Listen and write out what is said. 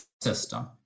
system